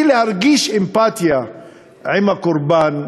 בלי להרגיש אמפתיה כלפי הקורבן,